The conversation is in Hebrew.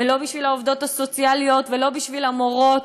ולא בשביל העובדות הסוציאליות ולא בשביל המורות.